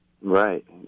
Right